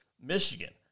Michigan